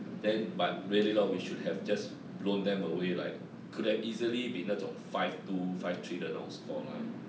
then but really lor we should have just blown them away like could have easily been 那种 five two five three 的那种 score line